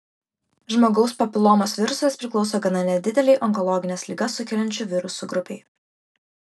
žmogaus papilomos virusas priklauso gana nedidelei onkologines ligas sukeliančių virusų grupei